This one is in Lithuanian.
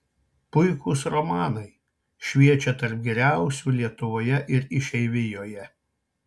puikūs romanai šviečią tarp geriausių lietuvoje ir išeivijoje